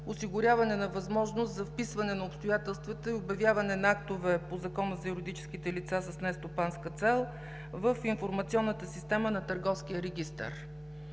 осигуряване на възможност за вписване на обстоятелствата и обявяване на актове по Закона за юридическите лица с нестопанска цел в информационната система на Търговския регистър.